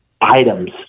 items